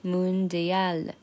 Mundial，